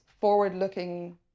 forward-looking